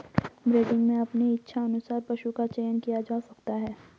breeding में अपने इच्छा अनुसार पशु का चयन किया जा सकता है